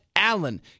Allen